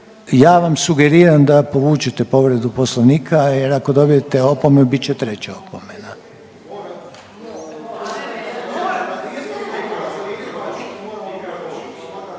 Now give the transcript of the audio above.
ja vam sugeriram da povučete povredu Poslovnika, jer ako dobijete opomenu bit će treća opomena.